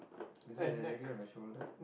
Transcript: is it exactly on the shoulder